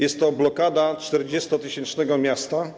Jest to blokada 40-tysięcznego miasta.